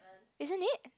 isn't it